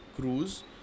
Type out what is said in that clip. crews